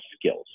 skills